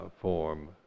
Form